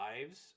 lives